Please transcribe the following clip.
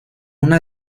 una